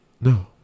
No